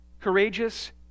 courageous